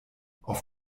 auf